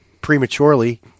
prematurely